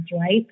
right